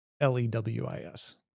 L-E-W-I-S